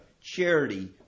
charity